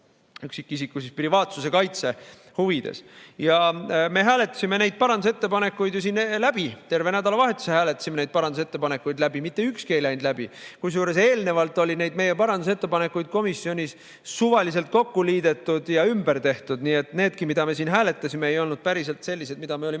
üksikisiku privaatsuse kaitse huvides. Me hääletasime neid parandusettepanekuid ju siin läbi, terve nädalavahetuse hääletasime neid parandusettepanekuid. Mitte ükski ei läinud läbi, kusjuures eelnevalt oli neid meie parandusettepanekuid komisjonis suvaliselt kokku liidetud ja ümber tehtud, nii et needki, mida me siin hääletasime, ei olnud päriselt sellised, mida me olime